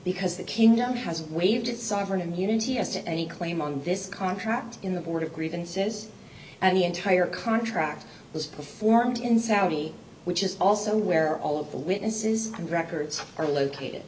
because the kingdom has waived its sovereign immunity as to any claim on this contract in the board of grievances and the entire contract is performed in saudi which is also where all of the witnesses and records are located